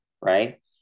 right